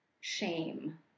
shame